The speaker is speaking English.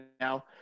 now